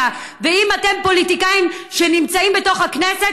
ושאם אתם פוליטיקאים שנמצאים בתוך הכנסת,